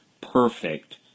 perfect